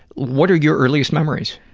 what are your earliest memories?